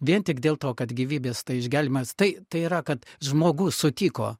vien tik dėl to kad gyvybės tai išgelbėjimas tai tai yra kad žmogus sutiko